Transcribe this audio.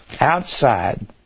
outside